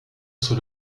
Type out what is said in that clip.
sur